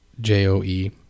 j-o-e